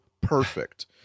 perfect